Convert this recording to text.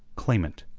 clamant,